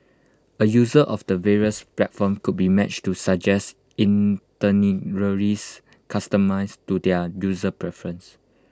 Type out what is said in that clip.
A user of the various platforms could be matched to suggested itineraries customised to their user preference